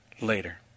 later